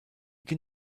can